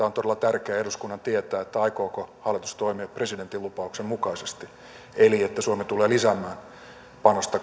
on todella tärkeää eduskunnan tietää aikooko hallitus toimia presidentin lupauksen mukaisesti eli että suomi tulee lisäämään panosta